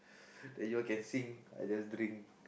then you all can sing I just drink